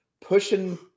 pushing